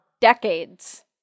decades